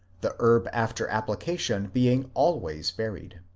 the herb after application being always buried.